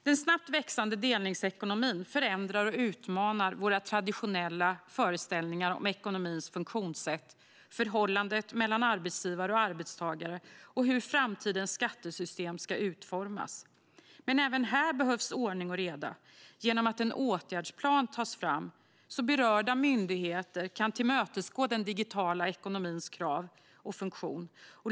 Den snabbt växande delningsekonomin förändrar och utmanar våra traditionella föreställningar om ekonomins funktionssätt, förhållandet mellan arbetsgivare och arbetstagare samt hur framtidens skattesystem ska utformas. Men även här behövs ordning och reda genom att en åtgärdsplan tas fram så att berörda myndigheter kan tillmötesgå den digitala ekonomins krav och funktion.